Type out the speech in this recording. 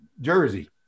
jersey